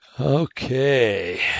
Okay